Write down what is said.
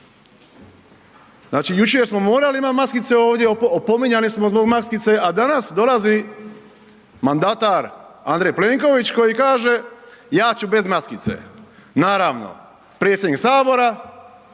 znači jučer smo morali imati maskice ovdje, opominjani smo zbog maskica, a danas dolazi mandatar Andrej Plenković, koji kaže ja ću bez maskice. Naravno, predsjednik sabora